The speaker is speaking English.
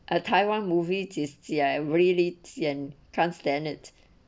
a taiwan movie is ya really sian can't stand it